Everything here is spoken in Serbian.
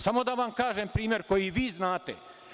Samo da vam kažem primer koji vi znate.